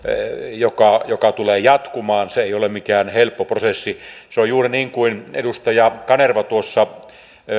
joka joka tulee jatkumaan se ei ole mikään helppo prosessi se on juuri niin kuin edustaja kanerva tuossa